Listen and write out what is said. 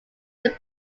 his